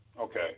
Okay